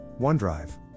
onedrive